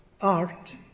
art